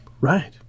Right